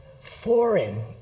foreign